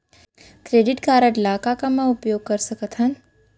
Credit card ला का का मा उपयोग कर सकथन?